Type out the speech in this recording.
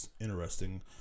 interesting